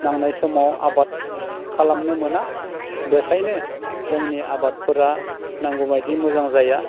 नांनाय समाव आबाद खालामनो मोना बेनिखायनो जोंनि आबादफोरा नांगौ बायदि मोजां जाया